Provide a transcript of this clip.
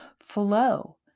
flow